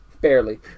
Barely